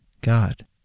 God